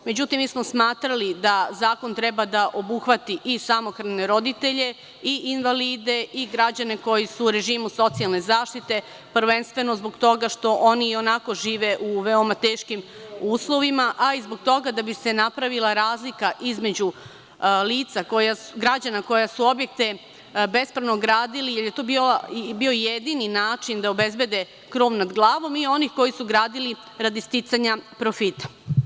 Međutim, mi smo smatrali da zakon treba da obuhvati i samohrane roditelje i invalide i građane koji su u režimu socijalne zaštite, prvenstveno zbog toga što oni ionako žive u veoma teškim uslovima, a i zbog toga da bi se napravila razlika između građana koji su objekte bespravno gradili jer je to bio jedini način da obezbede krov nad glavom i onih koji su gradili radi sticanja profita.